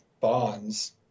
bonds